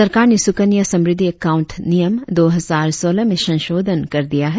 सरकार ने सुकन्या समृद्धि अकाउंट नियम दो हजार सोलह में संशोधन कर दिया है